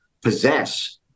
possess